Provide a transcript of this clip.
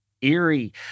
eerie